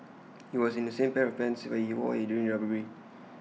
he was in the same pair of pants he wore during the robbery